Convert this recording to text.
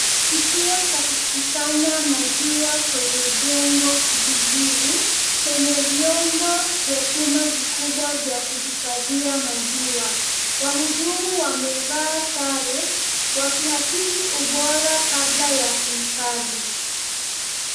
Kituo cha kukusanya maziwa kwenye jengo kijijini chenye vyombo vya chuma vikubwa vya kuhifadhia maziwa. Wahudumu wamevaa sare wakihakiki ubora kabla ya kuhifadhi.